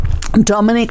dominic